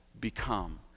become